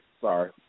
Sorry